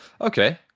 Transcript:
Okay